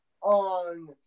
on